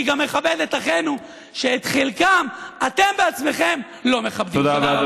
אתם מנסים לשנות אותה.